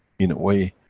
in a way,